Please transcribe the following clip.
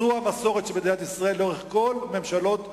זו המסורת של מדינת ישראל לאורך כל ממשלות הליכוד.